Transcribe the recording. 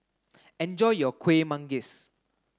enjoy your Kuih Manggis